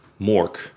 Mork